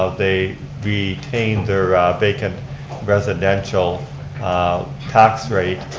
ah they retain their vacant residential tax rate,